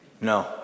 no